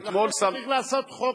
לכן צריך לעשות חוק-יסוד: